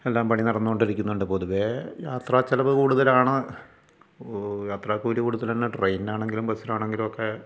എല്ലാം പണി നടന്നു കൊണ്ടിരിക്കുന്നു പൊതുവെ യാത്ര ചിലവ് കൂടുതലാണ് യാത്ര കൂലി കൊടുത്തിട്ടു തന്നെ ട്രെയിനാണെങ്കിലും ബസ്സിനാണെങ്കിലുമൊക്കെ